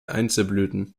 einzelblüten